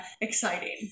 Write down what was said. exciting